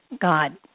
God